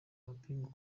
amapingu